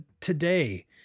today